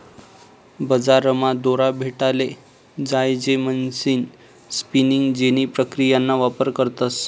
बजारमा दोरा भेटाले जोयजे म्हणीसन स्पिनिंग जेनी प्रक्रियाना वापर करतस